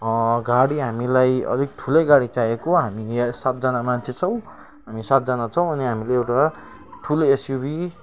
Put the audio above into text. गाडी हामीलाई अलिक ठुलै गाडी चाहिएको हामी यहाँ सातजना मान्छे छौँ हामी सातजना छौँ अनि हामीले एटा ठुलो एक्सयुभी